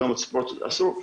אולמות ספורט אסור.